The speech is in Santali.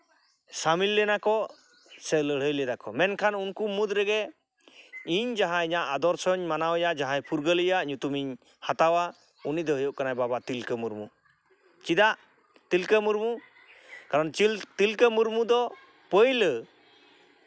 ᱥᱟᱹᱢᱤᱞ ᱞᱮᱱᱟ ᱠᱚ ᱥᱮ ᱞᱟᱹᱲᱦᱟᱹᱭ ᱞᱮᱫᱟ ᱠᱚ ᱢᱮᱱᱠᱷᱟᱱ ᱩᱱᱠᱩ ᱢᱩᱫᱽ ᱨᱮᱜᱮ ᱤᱧ ᱡᱟᱦᱟᱸ ᱤᱧᱟᱹᱜ ᱟᱫᱚᱨᱥᱚᱧ ᱢᱟᱱᱟᱣ ᱮᱭᱟ ᱡᱟᱦᱟᱸᱭ ᱯᱷᱩᱨᱜᱟᱹᱞᱤᱭᱟᱹᱣᱟᱜ ᱧᱩᱛᱩᱢ ᱤᱧ ᱦᱟᱛᱟᱣᱟ ᱩᱱᱤ ᱫᱚ ᱦᱩᱭᱩᱜ ᱠᱟᱱᱟ ᱵᱟᱵᱟ ᱛᱤᱞᱠᱟᱹ ᱢᱩᱨᱢᱩ ᱪᱮᱫᱟᱜ ᱛᱤᱞᱠᱟᱹ ᱢᱩᱨᱢᱩ ᱠᱟᱨᱚᱱ ᱛᱤᱞᱠᱟᱹ ᱢᱩᱨᱢᱩ ᱫᱚ ᱯᱟᱹᱭᱞᱟᱹ